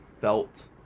felt